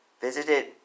visited